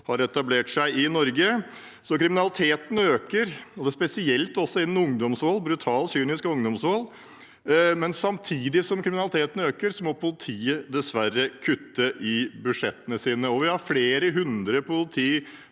har etablert seg i Norge. Kriminaliteten øker, og det er spesielt innen ungdomsvold, brutal, kynisk ungdomsvold. Samtidig som kriminaliteten øker, må politiet dessverre kutte i budsjettene sine. Vi har flere hundre